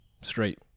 straight